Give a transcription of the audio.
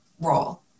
role